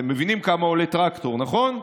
אתם מבינים כמה עולה טרקטור, נכון?